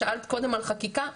שאלת קודם על חקיקה,